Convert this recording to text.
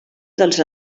dels